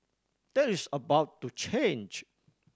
that is about to change